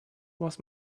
was